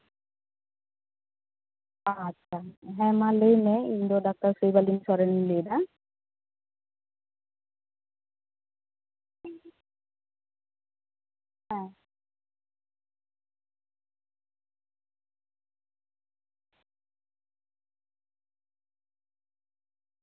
ᱟᱪᱪᱷᱟ ᱦᱮᱸ ᱢᱟ ᱞᱟᱹᱭ ᱢᱮ ᱤᱧ ᱫᱚ ᱰᱟᱠᱛᱟᱨ ᱥᱩᱡᱟᱞᱤ ᱥᱚᱨᱮᱱᱤᱧ ᱞᱟᱹᱭᱫᱟ ᱦᱮᱸ